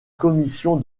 commission